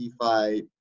DeFi